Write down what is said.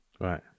Right